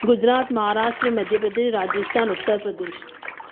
Gujarat Maharashtra Madhya Pradesh Rajasthan Uttar Pradesh